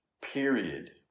period